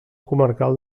comarcal